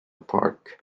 park